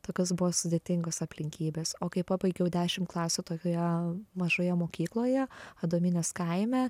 tokios buvo sudėtingos aplinkybės o kai pabaigiau dešimt klasių tokioje mažoje mokykloje adomynės kaime